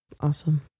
awesome